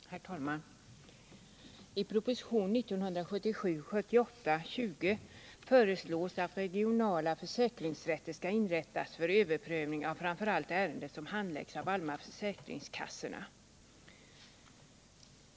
Herr talman! I proposition 1977/78:20 föreslås att regionala försäkringsrätter skall inrättas för överprövning av framför allt ärenden som handläggs av de allmänna försäkringskassorna.